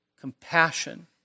Compassion